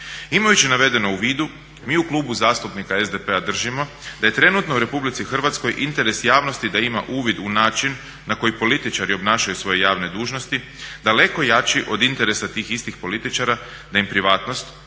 Imajući navedeno u vidu mi u Klubu zastupnika SDP-a držimo da je trenutno u RH interes javnosti da ima uvid u način na koji političari obnašaju svoje javne dužnosti daleko jači od interesa tih istih političara da im privatnost